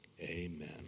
Amen